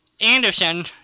Anderson